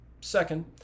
Second